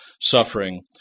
suffering